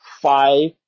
five